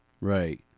Right